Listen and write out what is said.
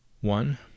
One